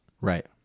right